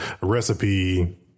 recipe